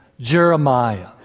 Jeremiah